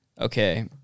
Okay